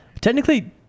Technically